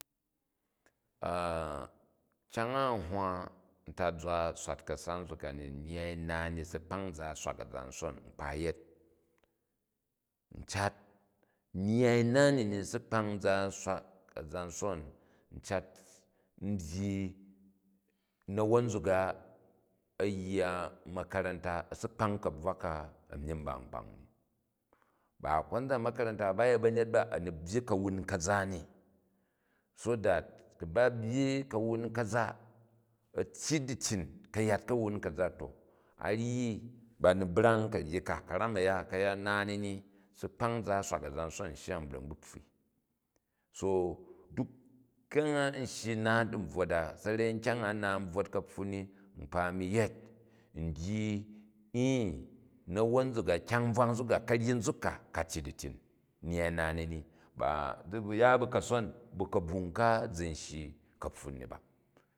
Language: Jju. kyang a n hwa tazwa swal ka̱sa nzuk a ni, nyyai naa ni si kpang za swak a̱zanson, nkpa yet. N cat nyyai na ni ni si kpang za swak a̱zanbon, n cat n byyi, na̱won nzuk a̱ yya ma̱karanta a̱ si kpang kabvwa ka a̱ myim ban kpang ni. Ba konzan makaranta ba, baryet ba̱nyet ba ani byyi ka̱wun ka̱za ni, so that ku̱ ba byyi ka̱wun ka̱za a̱ tyyi dityin ka̱yat ka̱wni kaza to a vyi ba ni brang ka̱ryi ka. Ka̱rem a̱ya ka̱yat na ni ni si kpang za swak a̱zanson n shya n bra̱k n bu pfwui. So duk kyakg a n shyi u naat n bvwot a, sa̱rei nkyang n naat n bvwot kapfun ni, nkpa a̱nu yet, n dyi e, na̱won nzuk a kyang bvak nzuk, ka̱ryi nzuk ka ka tyyi ditjan nyyai na nimi. Ba zi bvu ya bu ka̱son bu ka̱bvang ka zi n shyi na nivi ba.